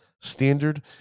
Standard